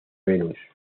venus